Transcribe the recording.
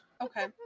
Okay